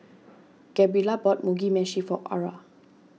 Gabrielle bought Mugi Meshi for Aura